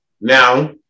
Now